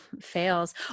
fails